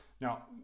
Now